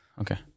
okay